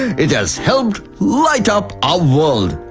it has helped light up our world,